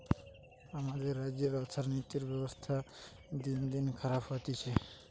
আমাদের রাজ্যের অর্থনীতির ব্যবস্থা দিনদিন খারাপ হতিছে